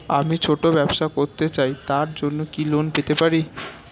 আমি ছোট ব্যবসা করতে চাই তার জন্য কি লোন পেতে পারি?